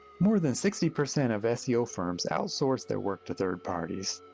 more than sixty percent of ah seo firms outsource their work to third parties.